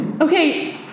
Okay